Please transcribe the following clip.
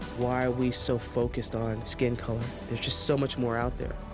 why are we so focused on skin color? there's just so much more out there.